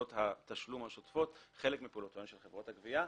התשלום השוטפות חלק מפעילותן של חברות הגבייה,